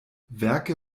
werke